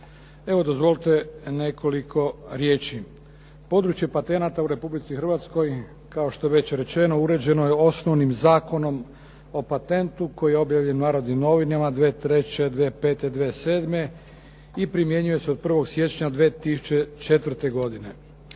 Evo dozvolite nekoliko riječi. Područje patenata u Republici Hrvatskoj kao što je već rečeno uređeno je osnovnim Zakonom o patentu koji je objavljen u “Narodnim novinama“ 2003., 2005., 2007. i primjenjuje se od 1. siječnja 2004. godine.